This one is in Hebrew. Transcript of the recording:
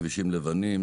כבישים לבנים,